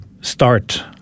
start